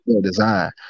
design